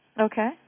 Okay